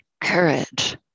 courage